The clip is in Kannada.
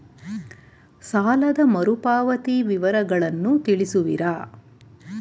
ಸಾಲದ ಮರುಪಾವತಿ ವಿವರಗಳನ್ನು ತಿಳಿಸುವಿರಾ?